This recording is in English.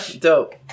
Dope